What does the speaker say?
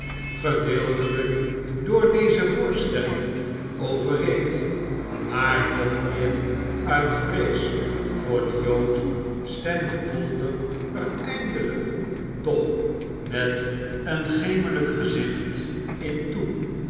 gedeeltelijk door deze voorstellingen overreed maar nog meer uit vrees voor den jood stemde bolter er eindelijk doch met een geme ijk gezicht in toe